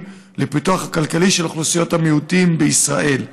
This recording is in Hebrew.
בפיתוח הכלכלי של אוכלוסיות המיעוטים בישראל.